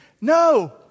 No